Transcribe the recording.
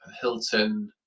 Hilton